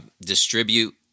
distribute